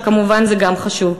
וכמובן גם זה חשוב,